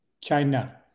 China